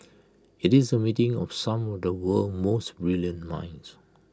IT is A meeting of some of the world's most brilliant minds